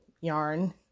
yarn